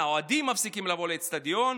האוהדים מפסיקים לבוא לאצטדיון,